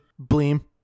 BLEEM